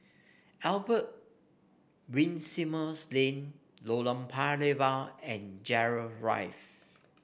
Albert Winsemius Lane Lorong Paya Lebar and Gerald